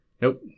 Nope